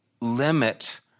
limit